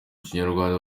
kinyarwanda